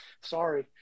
Sorry